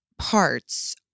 parts